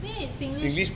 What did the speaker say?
因为 singlish